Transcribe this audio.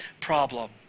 problem